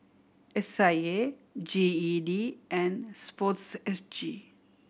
S I A G E D and Sport S G